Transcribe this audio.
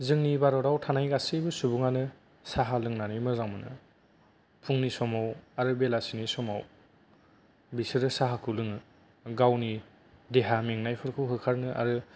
जोंनि भारताव थानाय गासैबो सुबुंआनो साहा लोंनानै मोजां मोनो फुंनि समाव आरो बेलासिनि समाव बिसोरो साहाखौ लोङो गावनि देहा मेंनायफोरखौ होखारनो आरो